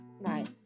right